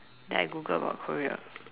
then I Google about Korea